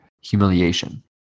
humiliation